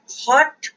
hot